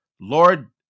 Lord